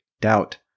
doubt